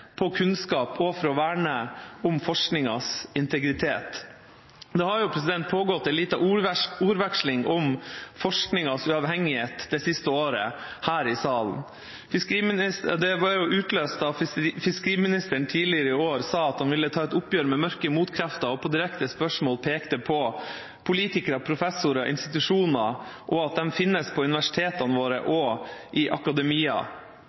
på kunnskap, og for å verne om forskningens integritet. Det har pågått en liten ordveksling om forskningens uavhengighet det siste året her i salen. Det var utløst av at fiskeriministeren tidligere i år sa at han ville ta et oppgjør med mørke motkrefter, og på direkte spørsmål pekte han på politikere, professorer, institusjoner og at de finnes på universitetene våre og i akademia.